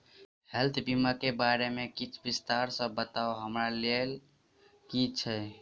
Health बीमा केँ बारे किछ विस्तार सऽ बताउ हमरा लेबऽ केँ छयः?